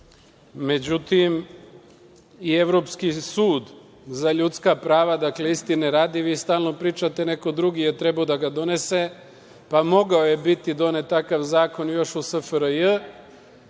Međutim, i Evropski sud za evropska prava… Dakle, istine radi, vi stalno pričate - neko drugi je trebao da ga donese, pa mogao je biti takav zakon još u SFRJ.